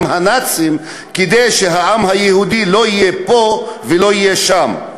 הנאצים כדי שהעם היהודי לא יהיה פה ולא יהיה שם,